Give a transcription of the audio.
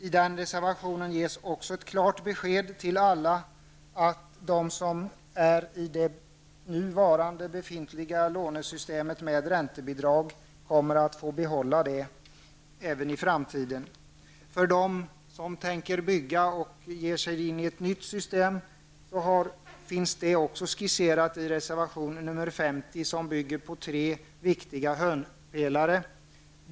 I reservationen ges också ett klart besked till alla som har det nuvarande lånesystemet med räntebidrag om att de kommer att få behålla det även i framtiden. Reglerna för dem som tänker bygga och ge sig in i ett nytt system finns skisserade i reservation nr 50 som bygger på tre viktiga hörnpelare.